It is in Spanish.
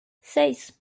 seis